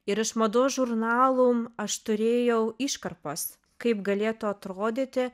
ir iš mados žurnalų aš turėjau iškarpas kaip galėtų atrodyti